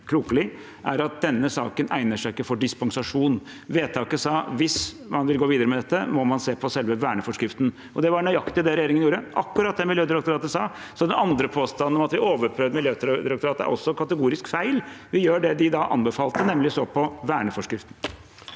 er at denne saken ikke egner seg for dispensasjon. Vedtaket sa at hvis man vil gå videre med dette, må man se på selve verneforskriften. Det var nøyaktig det regjeringen gjorde, akkurat det Miljødirektoratet sa, så påstanden om at vi overprøvde Miljødirektoratet, er også kategorisk feil. Vi gjør det de da anbefalte, nemlig å se på verneforskriften.